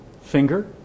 finger